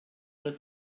der